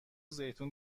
زیتون